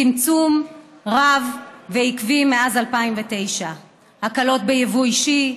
צמצום רב ועקבי מאז 2009. הקלות ביבוא אישי.